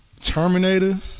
Terminator